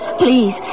please